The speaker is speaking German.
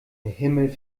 himmel